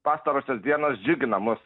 pastarosios dienos džiugina mus